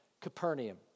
Capernaum